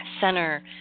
center